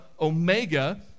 Omega